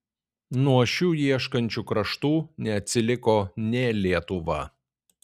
nuo šių ieškančių kraštų neatsiliko nė lietuva